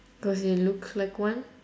cause you look like one